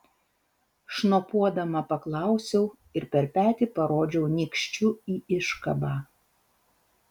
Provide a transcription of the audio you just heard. šnopuodama paklausiau ir per petį parodžiau nykščiu į iškabą